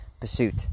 pursuit